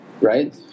right